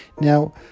Now